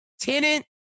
tenant